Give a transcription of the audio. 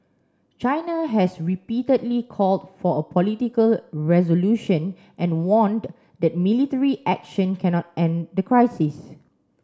China has repeatedly called for a political resolution and warned that military action cannot end the crisis